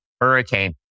hurricane